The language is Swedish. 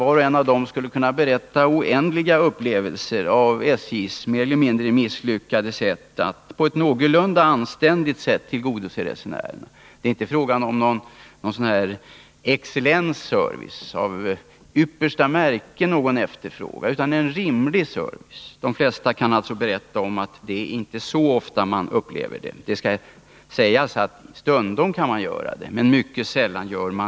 Var och en av dem skulle säkert kunna berätta om ett oändligt antal upplevelser, där SJ mer eller mindre har misslyckats med att på ett någorlunda anständigt sätt tillgodose resenärernas önskemål. Ingen efterfrågar en excellent service av yppersta märke, utan bara en rimlig service. Men en sådan upplever de inte särskilt ofta, även om det sker stundtals.